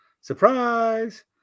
Surprise